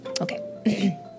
Okay